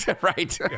Right